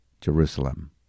Jerusalem